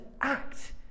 act